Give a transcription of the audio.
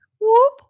whoop